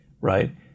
right